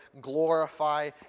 glorify